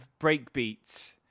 breakbeats